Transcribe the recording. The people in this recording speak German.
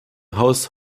haus